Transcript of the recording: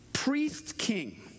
priest-king